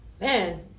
Man